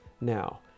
now